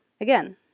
Again